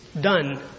done